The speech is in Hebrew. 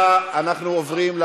כי אין לכם שום פתרונות